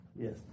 yes